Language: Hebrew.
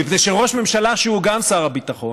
מפני שראש ממשלה שהוא גם שר הביטחון